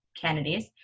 Kennedy's